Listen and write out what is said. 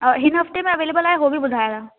हिन हफ़्ते में अवेलेबल आहे उहो बि ॿुधायो